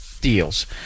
deals